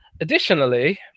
Additionally